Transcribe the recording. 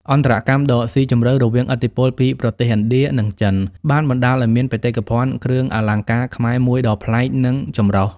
អន្តរកម្មដ៏ស៊ីជម្រៅរវាងឥទ្ធិពលពីប្រទេសឥណ្ឌា និងចិន បានបណ្តាលឱ្យមានបេតិកភណ្ឌគ្រឿងអលង្ការខ្មែរមួយដ៏ប្លែក និងចម្រុះ។